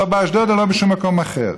לא באשדוד ולא בשום מקום אחר.